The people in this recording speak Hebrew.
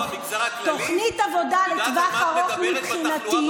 תוכנית עבודה לטווח ארוך, מבחינתי,